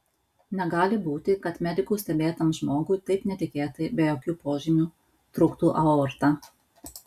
negali būti kad medikų stebėtam žmogui taip netikėtai be jokių požymių trūktų aorta